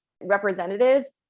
representatives